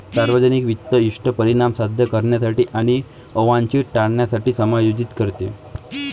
सार्वजनिक वित्त इष्ट परिणाम साध्य करण्यासाठी आणि अवांछित टाळण्यासाठी समायोजित करते